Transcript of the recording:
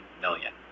million